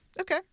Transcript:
Okay